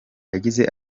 yagize